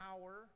power